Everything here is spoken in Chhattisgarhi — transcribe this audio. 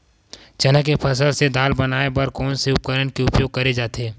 चना के फसल से दाल बनाये बर कोन से उपकरण के उपयोग करे जाथे?